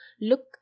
look